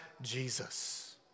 Jesus